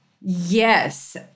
Yes